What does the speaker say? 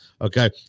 Okay